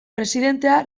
presidentea